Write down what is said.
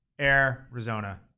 Arizona